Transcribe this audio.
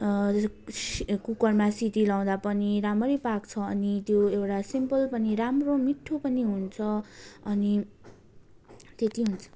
कुकरमा सिटी लगाउँदा पनि राम्ररी पाक्छ अनि त्यो एउटा सिम्पल पनि राम्रो मिठो पनि हुन्छ अनि त्यत्ति हुन्छ